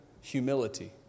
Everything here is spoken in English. humility